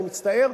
אני מצטער,